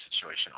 situation